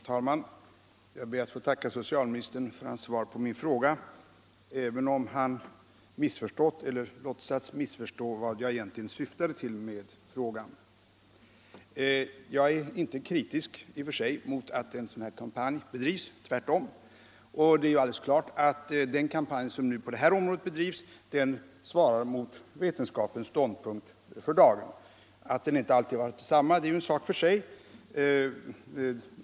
Herr talman! Jag ber att få tacka socialministern för hans svar på min fråga, även om han missförstått eller låtsas missförstå vad jag egentligen syftade till med den. Jag är inte kritisk i och för sig mot en sådan här kampanj — tvärtom. Det är alldeles klart att den kampanj som på det här området bedrivs svarar mot vetenskapens ståndpunkt för dagen. Att den ståndpunkten inte alltid varit densamma är en sak för sig.